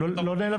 לא נעלבים?